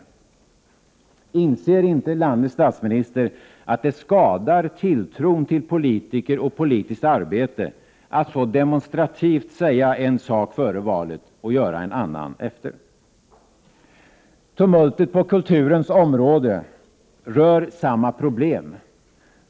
1 februari 1989 Inser inte landets statsminister att det skadar tilltron till politiker och politiskt arbete att så demonstrativt säga en sak före valet och göra en annan efter? Tumultet på kulturens område rör samma problem.